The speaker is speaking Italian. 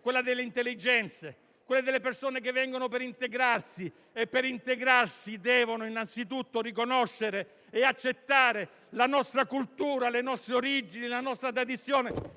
quella delle intelligenze e delle persone che vengono per integrarsi e per farlo devono innanzitutto riconoscere e accettare la nostra cultura, le nostre origini e la nostra tradizione;